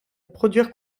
produire